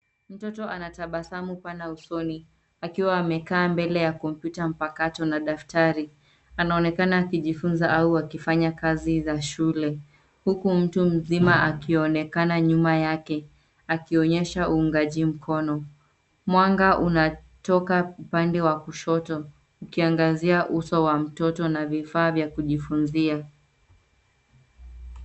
Mtoto ana tabasamu pana usoni akiwa amekaa mbele ya kompyuta mpakato na daftari. Anaonekana akijifunza au akifanya kazi za shule, huku mtu mzima akionekana nyuma yake akionyesha uuangaji mkono. Mwanga unatoka upande wa kushoto, ukiangazia uso wa mtoto na vifaa vya kujifunzia.